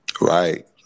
Right